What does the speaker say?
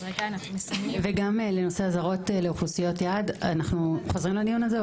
וגם לנושא אזהרות לאוכלוסיות יעד חוזרים לדיון הזה?